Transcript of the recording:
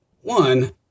One